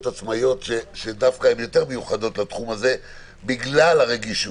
עצמאיות שדווקא הן יותר מיוחדות לתחום הזה בגלל הרגישות.